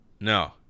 No